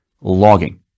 logging